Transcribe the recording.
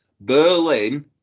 Berlin